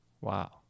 Wow